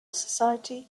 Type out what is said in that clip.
society